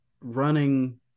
running